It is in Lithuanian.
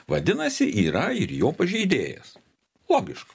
vadinasi yra ir jo pažeidėjas logiška